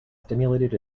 stimulated